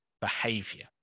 behavior